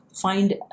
find